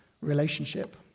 relationship